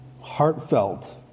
Heartfelt